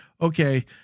okay